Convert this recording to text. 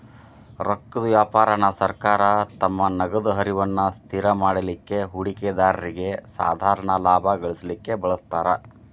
ರೊಕ್ಕದ್ ವ್ಯಾಪಾರಾನ ಸರ್ಕಾರ ತಮ್ಮ ನಗದ ಹರಿವನ್ನ ಸ್ಥಿರವಾಗಿಡಲಿಕ್ಕೆ, ಹೂಡಿಕೆದಾರ್ರಿಗೆ ಸಾಧಾರಣ ಲಾಭಾ ಗಳಿಸಲಿಕ್ಕೆ ಬಳಸ್ತಾರ್